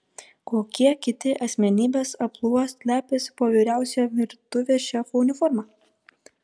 kokie kiti asmenybės amplua slepiasi po vyriausiojo virtuvės šefo uniforma